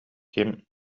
ким